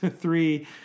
three